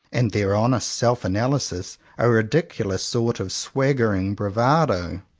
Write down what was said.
and their honest self-analysis a ridiculous sort of swaggering bravado.